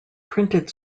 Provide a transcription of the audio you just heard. printed